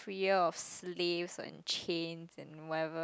freer of slaves and chains and whatever